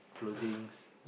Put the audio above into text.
clothings